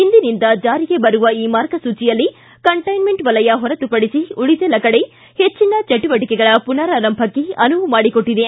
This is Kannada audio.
ಇಂದಿನಿಂದ ಜಾರಿಗೆ ಬರುವ ಈ ಮಾರ್ಗಸೂಚಿಯಲ್ಲಿ ಕಂಟೈನ್ಮೆಂಟ್ ವಲಯ ಹೊರತುಪಡಿಸಿ ಉಳಿದೆಲ್ಲ ಕಡೆ ಹೆಚ್ವಿನ ಚಟುವಟಿಕೆಗಳ ಮನಾರರಂಭಕ್ಕೆ ಅನುವು ಮಾಡಿಕೊಟ್ಟಿದೆ